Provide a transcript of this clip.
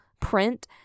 print